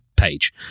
page